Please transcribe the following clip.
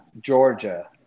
Georgia